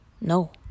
No